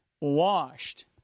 washed